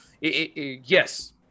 Yes